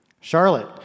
Charlotte